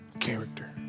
character